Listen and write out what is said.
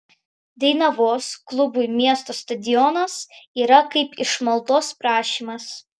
dainavos klubui miesto stadionas yra kaip išmaldos prašymas